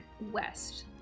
west